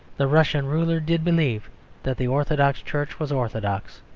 the russian ruler did believe that the orthodox church was orthodox.